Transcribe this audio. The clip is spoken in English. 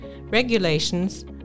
regulations